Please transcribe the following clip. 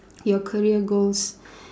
your career goals